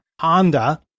honda